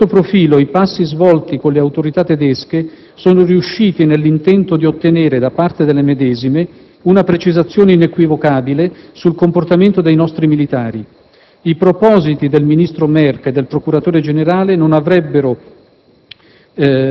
Sotto questo profilo, i passi svolti con le autorità tedesche sono riusciti nell'intento di ottenere, da parte delle medesime, una precisazione inequivocabile sul comportamento dei nostri militari: i propositi del ministro Merk e del procuratore generale non avrebbero